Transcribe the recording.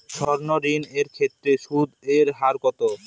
সর্ণ ঋণ এর ক্ষেত্রে সুদ এর হার কত?